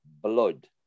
blood